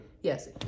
Yes